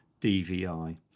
DVI